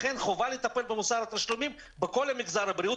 לכן חובה לטפל במוסר התשלומים בכל מגזר הבריאות